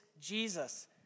Jesus